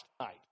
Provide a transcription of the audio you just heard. tonight